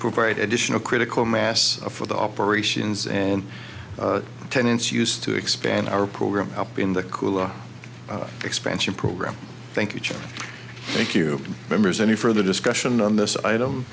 provide additional critical mass for the operations in attendance used to expand our program help in the cooler expansion program thank you thank you members any further discussion on this item